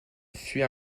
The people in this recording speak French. fut